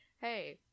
hey